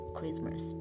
Christmas